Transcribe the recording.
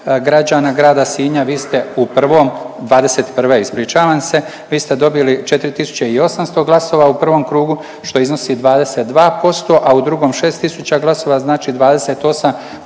građana grada Sinja, vi ste u prvom, '21., ispričavam se, vi ste dobili 4800 glasova u prvom krugu, što iznosi 22%, a u drugom 6 tisuća glasova, znači 28%